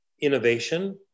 innovation